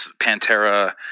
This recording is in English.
pantera